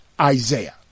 Isaiah